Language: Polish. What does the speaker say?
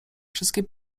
wszystkie